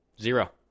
zero